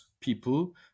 people